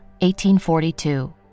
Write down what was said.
1842